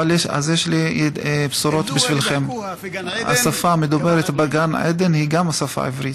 אז יש לי בשורות בשבילכם: השפה המדוברת בגן עדן היא גם השפה העברית.